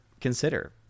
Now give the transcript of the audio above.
consider